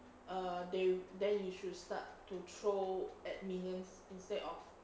err they then you should start to throw at minions instead of